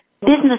business